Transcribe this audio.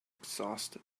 exhausted